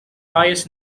highest